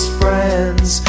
friends